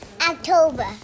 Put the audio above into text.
October